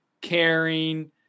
caring